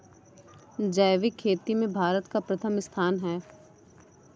जैविक खेती में भारत का प्रथम स्थान है